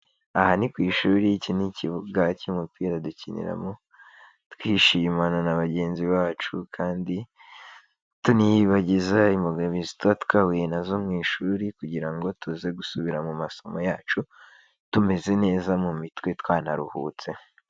Aha ni ku ishuri, iki ni ikibuga cy'umupira dukiniramo twishimana na bagenzi bacu kandi tuniyibagiza imbogamizi tuba twahuye na zo mu ishuri kugira ngo tuze gusubira mu masomo yacu tumeze neza mu mitwe, twanaruhutse.